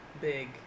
big